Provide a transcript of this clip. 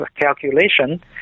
calculation